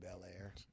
Belair